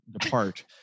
depart